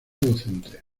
docente